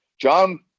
John